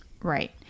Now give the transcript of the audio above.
right